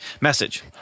message